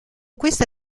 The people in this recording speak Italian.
questa